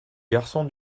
garçon